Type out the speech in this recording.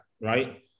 right